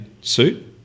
suit